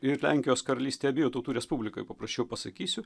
ir lenkijos karalystė abiejų tautų respublikoj paprasčiau pasakysiu